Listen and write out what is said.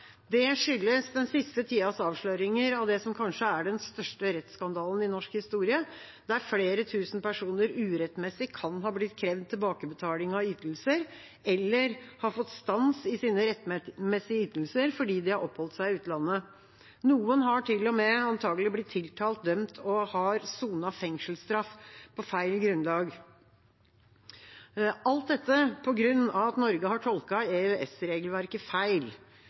Det skyldes den siste tidas avsløringer av det som kanskje er den største rettsskandalen i norsk historie, der flere tusen personer urettmessig kan ha blitt avkrevd tilbakebetaling av ytelser eller ha fått stans i sine rettmessige ytelser fordi de har oppholdt seg i utlandet. Noen har til og med – antakelig – blitt tiltalt, dømt og sonet fengselsstraff på feil grunnlag – alt dette på grunn av at Norge har tolket EØS-regelverket feil.